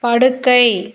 படுக்கை